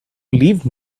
believe